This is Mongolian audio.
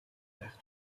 байх